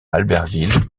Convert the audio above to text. albertville